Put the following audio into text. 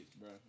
bro